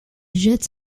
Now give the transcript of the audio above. jette